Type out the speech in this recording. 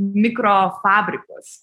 mikro fabrikus